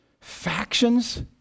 factions